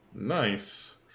Nice